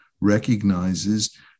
recognizes